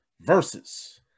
versus